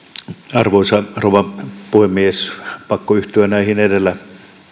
arvoisa rouva puhemies pakko yhtyä näihin edellä